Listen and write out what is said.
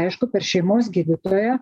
aišku per šeimos gydytoją